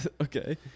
okay